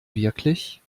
wirklich